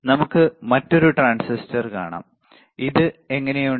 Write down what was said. നമുക്ക് മറ്റൊരു ട്രാൻസിസ്റ്റർ കാണാം ഇത് എങ്ങനെയുണ്ട്